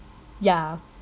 yeah